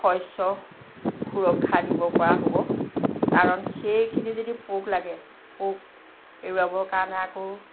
শষ্য সুৰক্ষা দিব পৰা হ'ব কাৰণ সেইখিনি যদি পোক লাগে পোক এৰুৱাবৰ কাৰণে আকৌ